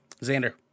Xander